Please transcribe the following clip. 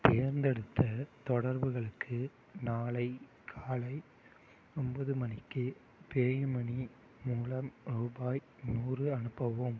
தேர்ந்தெடுத்த தொடர்புகளுக்கு நாளை காலை ஒம்பது மணிக்கு பேயூ மணி மூலம் ரூபாய் நூறு அனுப்பவும்